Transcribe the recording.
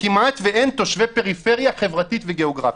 וכמעט אין תושבי פריפריה חברתית וגיאוגרפית.